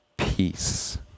peace